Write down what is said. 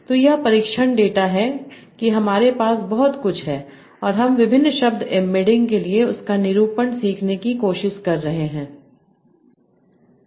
तो यह परीक्षण डेटा है कि हमारे पास बहुत कुछ है और हम विभिन्न शब्द एम्बेडिंग के लिए उसका निरूपण सीखने की कोशिश कर रहे हैं